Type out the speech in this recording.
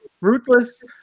ruthless